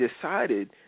decided